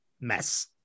mess